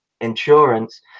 insurance